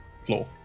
floor